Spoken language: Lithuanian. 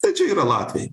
ta čia yra latviai